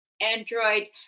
Android